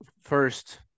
first